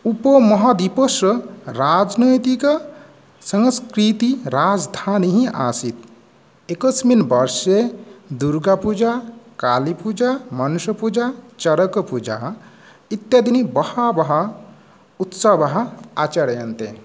उपमहाद्वीपस्य राजनैतिक संस्कृतिराजधानी आसीत् एकस्मिन् वर्षे दुर्गापूजा कालीपूजा मनुष्यपूजा चरकपूजाः इत्यादिनि बहवः उत्सवाः आचर्यन्ते